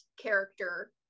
character